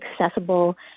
accessible